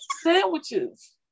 sandwiches